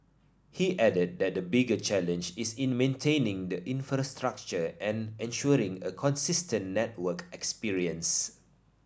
he added that the bigger challenge is in maintaining the infrastructure and ensuring a consistent network experience